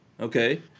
okay